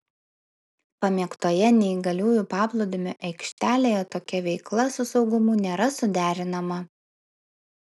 pamėgtoje neįgaliųjų paplūdimio aikštelėje tokia veikla su saugumu nėra suderinama